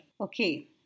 Okay